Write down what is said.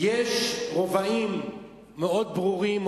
יש רבעים מאוד ברורים,